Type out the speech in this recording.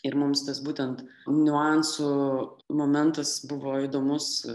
ir mums tas būtent niuansų momentas buvo įdomus